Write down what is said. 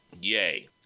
Yay